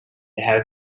have